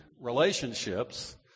relationships